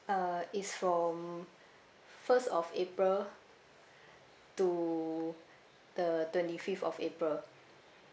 uh is from first of april to the twenty fifth of april